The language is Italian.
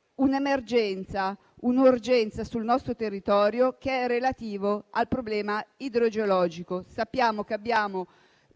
che sussiste un'urgenza sul nostro territorio, relativa al problema idrogeologico. Sappiamo che si verificano